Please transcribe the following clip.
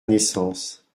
naissance